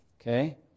Okay